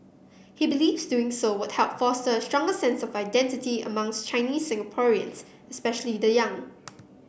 he believes doing so would help foster a stronger sense of identity among Chinese Singaporeans especially the young